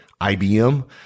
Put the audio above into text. IBM